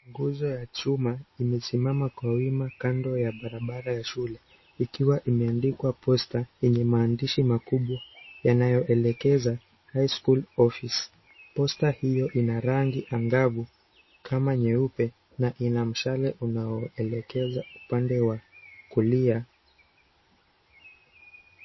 Nguzo ya chuma imesimama kwa wima kando ya barabara ya shule ikiwa imeandikwa poster yenye maandishi makubwa yanayoelekeza high school office poster hiyo ina rangi angavu kama nyeupe na ina mshale unaoelekeza upande wa kulia.